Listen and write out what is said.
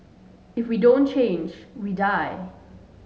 if we don't change we die